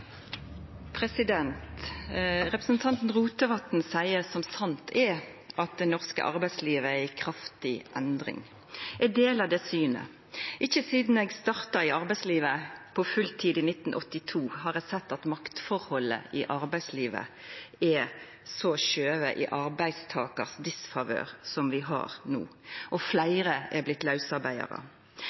at det norske arbeidslivet er i kraftig endring. Eg deler det synet. Ikkje sidan eg starta i arbeidslivet på fulltid i 1982, har eg sett at maktforholdet i arbeidslivet er så skuva i arbeidstakars disfavør som det er no – og fleire har blitt lausarbeidarar.